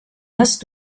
hast